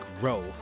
grow